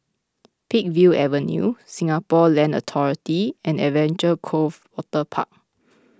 Peakville Avenue Singapore Land Authority and Adventure Cove Waterpark